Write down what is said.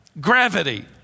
Gravity